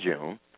June